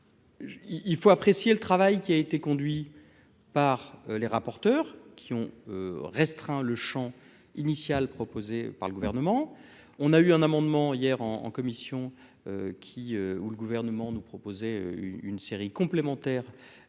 Il faut apprécier le travail qui a été conduit par les rapporteurs qui ont restreint le Champ initial proposé par le gouvernement, on a eu un amendement hier en en commission qui où le gouvernement nous proposer une série complémentaire